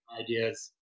ideas